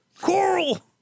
Coral